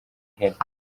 ihene